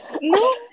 No